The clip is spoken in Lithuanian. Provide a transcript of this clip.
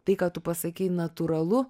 tai ką tu pasakei natūralu